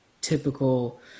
typical